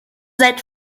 seit